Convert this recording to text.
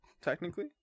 technically